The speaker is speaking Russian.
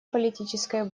политической